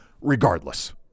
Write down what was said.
regardless